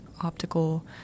optical